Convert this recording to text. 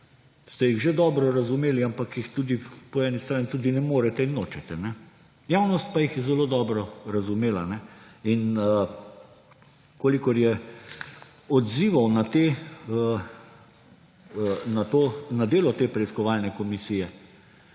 ste jih že dobro razumeli, ampak jih po eni strani tudi ne morete in nočete. Javnost pa jih je zelo dobro razumela in kolikor je odzivov na delo te preiskovalne komisije